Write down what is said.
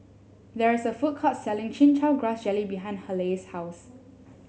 there is a food court selling Chin Chow Grass Jelly behind Haleigh's house